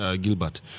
Gilbert